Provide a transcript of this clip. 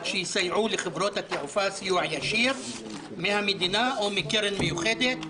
שיסייעו לחברות התעופה סיוע ישיר מהמדינה או מקרן מיוחדת,